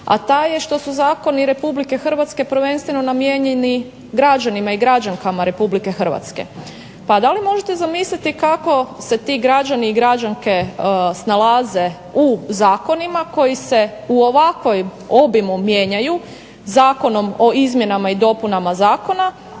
a taj je što su zakoni RH prvenstveno namijenjeni građanima i građankama RH. Pa da li možete zamisliti kako se ti građani i građanke snalaze u zakonima koji se u ovakvom obimu mijenjaju, zakonom o izmjenama i dopunama zakona